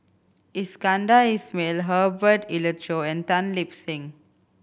Iskandar Ismail Herbert Eleuterio and Tan Lip Seng